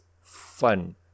fun